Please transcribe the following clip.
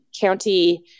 county